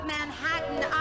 Manhattan